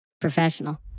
Professional